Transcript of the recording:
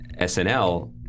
SNL